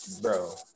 bro